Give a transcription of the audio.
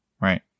Right